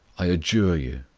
i adjure you,